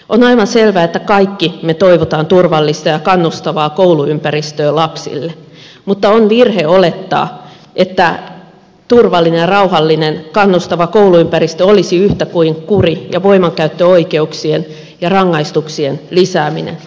on aivan selvää että kaikki me toivomme turvallista ja kannustavaa kouluympäristöä lapsille mutta on virhe olettaa että turvallinen ja rauhallinen kannustava kouluympäristö olisi yhtä kuin kuri ja voimankäyttöoikeuksien ja rangaistuksien lisääminen